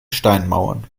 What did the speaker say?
steinmauern